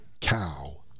cow